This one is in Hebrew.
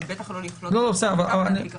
ובטח לא לשלול את האפשרות להדביק אחרים.